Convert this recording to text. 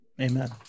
Amen